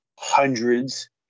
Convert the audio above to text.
hundreds